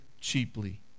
cheaply